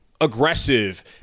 aggressive